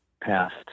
passed